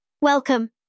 Welcome